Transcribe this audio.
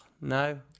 No